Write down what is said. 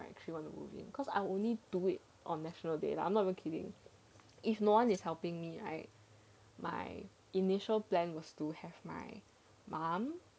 cause I only do it on national day I'm not even kidding if no one is helping me my initial plan was to have my mum